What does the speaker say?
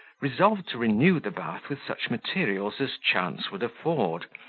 resolved to renew the bath with such materials as chance would afford.